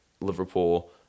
Liverpool